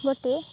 ମୋତେ